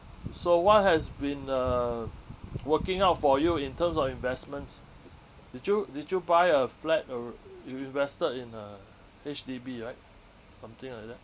so what has been uh working out for you in terms of investments did you did you buy a flat or you invested in a H_D_B right something like that